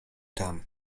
tam